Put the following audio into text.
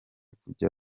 kujya